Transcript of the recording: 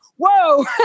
whoa